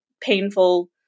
painful